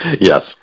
Yes